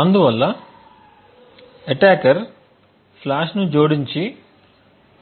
అందువల్ల అటాకర్ ఫ్లాష్ను జోడించి